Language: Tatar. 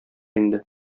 инде